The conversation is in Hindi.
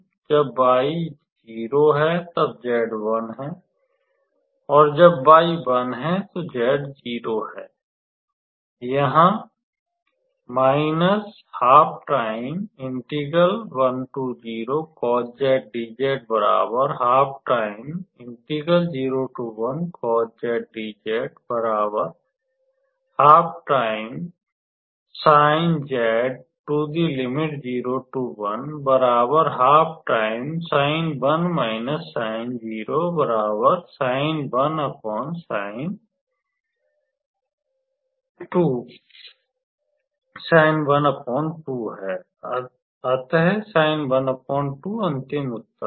जब y 0 है तब z1 है और जब y1 है तो z0 है यहाँ है अतः अंतिम उत्तर है